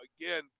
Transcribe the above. again